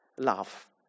love